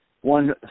one